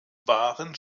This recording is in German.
waren